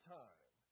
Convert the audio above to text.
time